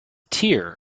tear